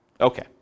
Okay